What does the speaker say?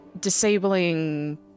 disabling